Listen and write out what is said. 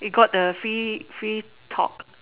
you got the free free talk